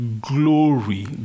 glory